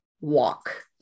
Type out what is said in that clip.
Walk